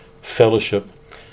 Fellowship